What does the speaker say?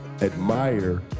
admire